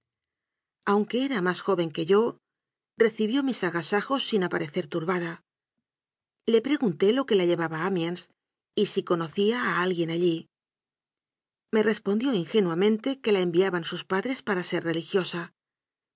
aunque era más joven que yo recibió mis aga sajos sin aparecer turbada le pregunté lo que la llevaba a amiens y si conocía a alguien allí me respondió ingenuamente que la enviaban sus padres para ser religiosa